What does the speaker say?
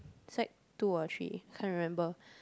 sec two or three can't remember